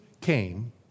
came